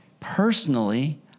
Personally